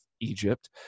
egypt